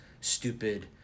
stupid